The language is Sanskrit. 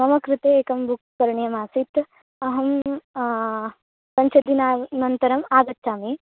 मम कृते एकं बुक् करणीयम् आसीत् अहं पञ्चदिनानन्तरम् आगच्छामि